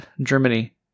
Germany